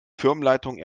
firmenleitung